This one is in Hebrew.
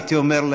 הייתי אומר,